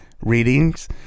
readings